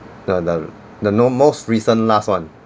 the the the no~ most recent last one